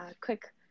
quick